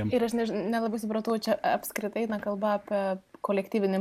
ir aš nežinau nelabai supratau čia apskritai eina kalba apie kolektyvinį